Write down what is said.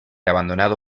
abandonado